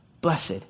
blessed